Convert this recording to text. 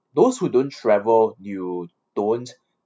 those who don't travel you don't